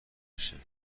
بشه